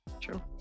true